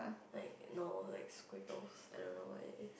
like no like squiggles I don't know what it is